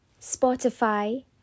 Spotify